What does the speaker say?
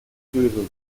böse